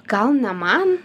gal ne man